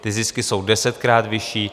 Ty zisky jsou desetkrát vyšší.